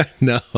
No